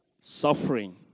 suffering